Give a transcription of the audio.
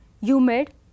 humid